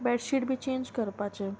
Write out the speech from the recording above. bedsheet बी change करपाचें